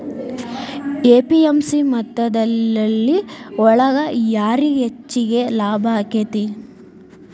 APMC ಮತ್ತ ದಲ್ಲಾಳಿ ಒಳಗ ಯಾರಿಗ್ ಹೆಚ್ಚಿಗೆ ಲಾಭ ಆಕೆತ್ತಿ?